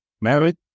married